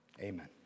amen